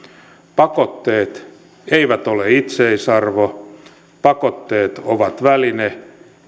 pakotteet eivät ole itseisarvo pakotteet ovat väline